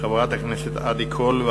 חברת הכנסת עדי קול,